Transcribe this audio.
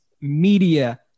Media